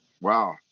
wow